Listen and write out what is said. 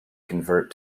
convert